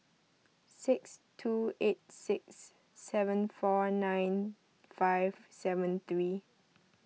six two eight six seven four nine five seven three